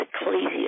ecclesia